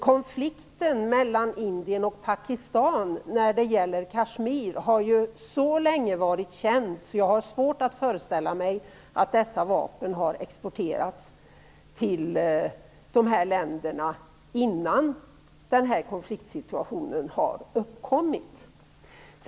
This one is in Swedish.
Konflikten mellan Indien och Pakistan när det gäller Kashmir har ju varit känd så länge att jag har svårt att föreställa mig att dessa vapen har exporterats till dessa länder innan konfliktsituationen uppkom.